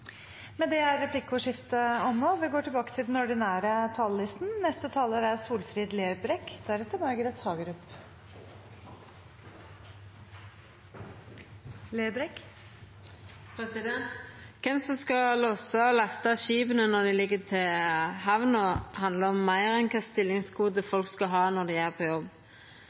Replikkordskiftet er omme. De talerne som heretter får ordet, har også en taletid på inntil 3 minutter. Kven som skal lossa og lasta skipa når dei ligg til hamn, handlar om meir enn kva for stillingskode folk skal ha når dei er på jobb.